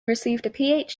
received